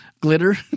glitter